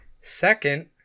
Second